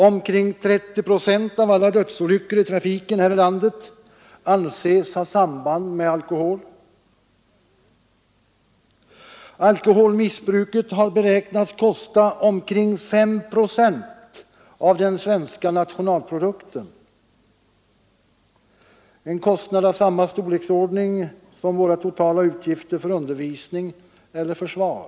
Omkring 30 procent av alla dödsolyckor här i landet anses ha samband med alkohol. Alkoholmissbruket har beräknats kosta omkring 5 procent av den svenska bruttonationalprodukten — en kostnad av samma storleksordning som våra totala utgifter för undervisning eller försvar.